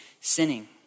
sinning